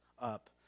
up